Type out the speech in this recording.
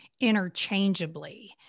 interchangeably